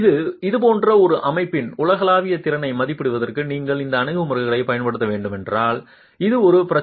இது போன்ற ஒரு அமைப்பின் உலகளாவிய திறனை மதிப்பிடுவதற்கு நீங்கள் அந்த அணுகுமுறைகளைப் பயன்படுத்த வேண்டுமானால் இது ஒரு பிரச்சினையாகும்